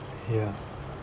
ya